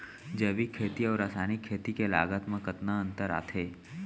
जैविक खेती अऊ रसायनिक खेती के लागत मा कतना अंतर आथे?